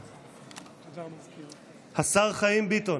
(חותם על ההצהרה) השר חיים ביטון.